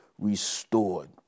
restored